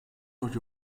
new